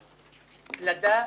פלדה,